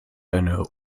eine